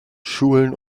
schulen